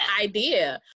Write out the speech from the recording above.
idea